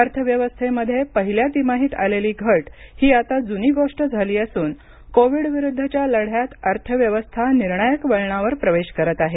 अर्थव्यवस्थेमध्ये पहिल्या तिमाहीत आलेली घट ही आता जुनी गोष्ट झाली असून कोविड विरुद्धच्या लढ्यात अर्थव्यवस्था निर्णायक वळणावर प्रवेश करत आहे